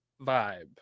vibe